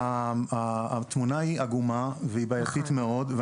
התמונה היא עגומה ובעייתית מאוד.